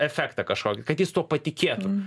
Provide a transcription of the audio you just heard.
efektą kažkį kad jis tuo patikėtų